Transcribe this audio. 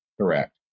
Correct